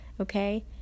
okay